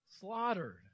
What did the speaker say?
slaughtered